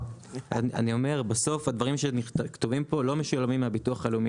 הדברים שכתובים פה לא משולמים מהביטוח הלאומי.